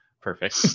Perfect